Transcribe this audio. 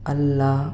ಅಲ್ಲ